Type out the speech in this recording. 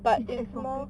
is it exotic